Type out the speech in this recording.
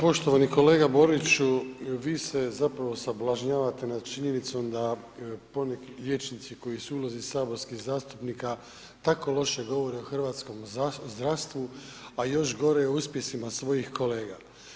Poštovani kolega Boriću, vi se zapravo sablažnjavate nad činjenicom da poneki liječnici koji su ulozi saborskih zastupnika tako loše govore o hrvatskom zdravstvu a još gore od uspjesima svojih kolega.